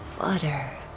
butter